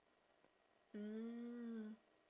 mm